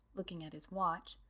looking at his watch,